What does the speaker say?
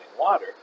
water